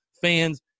fans